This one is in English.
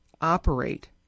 operate